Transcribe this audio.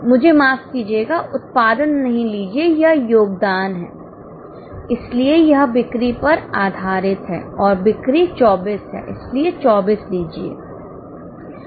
मुझे माफ कीजिएगा उत्पादन नहीं लीजिए यह योगदान है इसलिए यह बिक्री पर आधारित है और बिक्री 24 है इसलिए 24 लीजिए